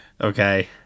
Okay